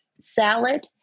salad